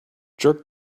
jerk